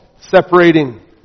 separating